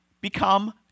become